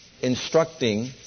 instructing